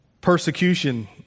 persecution